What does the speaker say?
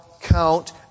count